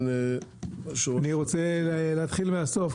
אני רוצה להתחיל מהסוף.